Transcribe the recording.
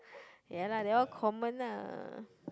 ya lah they all common lah